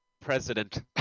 president